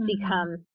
become